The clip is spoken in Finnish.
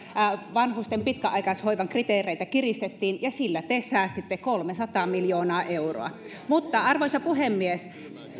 vanhusten pitkäaikaishoivan kriteereitä kiristettiin ja sillä te säästitte kolmesataa miljoonaa euroa arvoisa puhemies